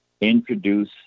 introduce